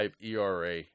ERA